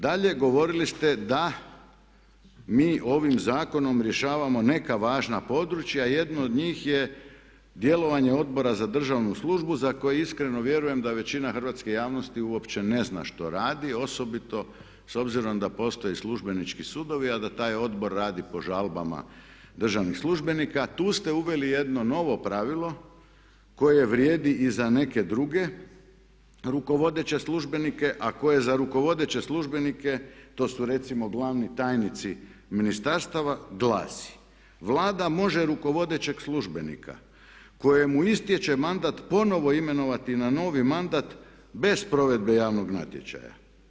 Dalje, govorili ste da mi ovim zakonom rješavamo neka važna područja, jedno od njih je djelovanje Odbora za državu službu za koji iskreno vjerujem da većina hrvatske javnosti uopće ne zna što radi osobito s obzirom da postoje Službenički sudovi a da taj odbor radi po žalbama državnih službenika, tu ste naveli jedno novo pravilo koje vrijedi i za neke druge rukovodeće službenike a koje za rukovodeće službenike to su recimo glavni tajnici ministarstava glasi: „Vlada može rukovodećeg službenika kojemu istječe mandat ponovno imenovati na novi mandat bez provedbe javnog natječaja.